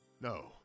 No